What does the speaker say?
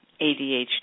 ADHD